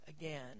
again